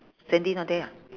sandy not there ah